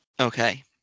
Okay